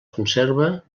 conserva